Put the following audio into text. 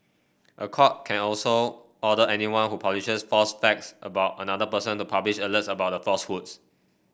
a court can also order anyone who publishes false facts about another person to publish alerts about the falsehoods